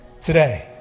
today